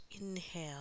Inhale